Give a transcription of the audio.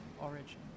origin